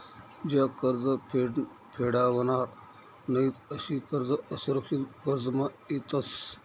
ज्या कर्ज फेडावनार नयीत अशा कर्ज असुरक्षित कर्जमा येतस